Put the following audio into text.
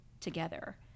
together